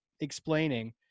explaining